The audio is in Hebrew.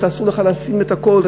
ואסור לך לשים את הכול.